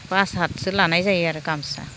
pass हातसो लानाय जायो आरो गामसा